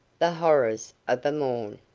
the horrors of a morn.